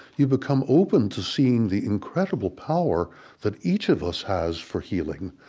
you become open to seeing the incredible power that each of us has for healing,